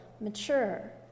mature